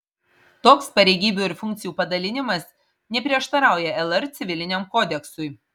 toks pareigybių ir funkcijų padalinimas neprieštarauja lr civiliniam kodeksui